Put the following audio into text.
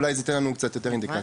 אולי זה ייתן לנו קצת יותר אינדיקציה.